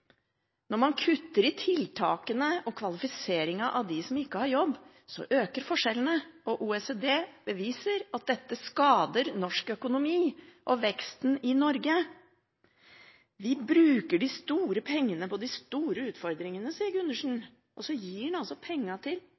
Når man kutter i tiltakene og kvalifiseringen av dem som ikke har jobb, øker forskjellene, og OECD beviser at dette skader norsk økonomi og veksten i Norge. Vi bruker de store pengene på de store utfordringene, sier Gundersen, og så gir han altså pengene til